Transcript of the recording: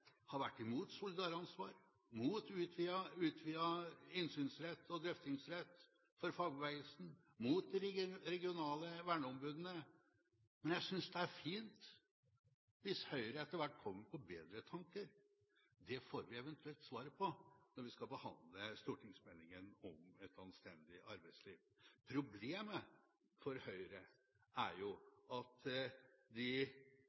har vært mot solidaransvar, mot utvidet innsyns- og drøftingsrett for fagbevegelsen, mot de regionale verneombudene, men jeg synes det er fint hvis Høyre etter hvert kommer på bedre tanker. Det får vi eventuelt svaret på når vi skal behandle stortingsmeldingen om et anstendig arbeidsliv. Problemet for Høyre er jo at de